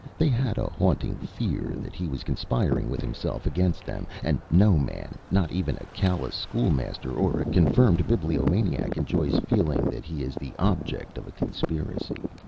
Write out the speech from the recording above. they had a haunting fear that he was conspiring with himself against them, and no man, not even a callous school-master or a confirmed bibliomaniac, enjoys feeling that he is the object of a conspiracy.